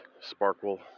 Sparkle